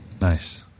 nice